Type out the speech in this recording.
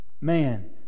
man